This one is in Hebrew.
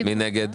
מי נמנע?